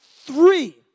three